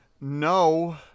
no